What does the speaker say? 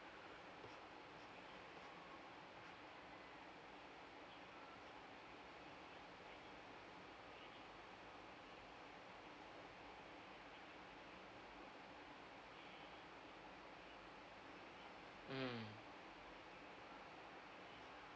mm